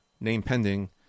name-pending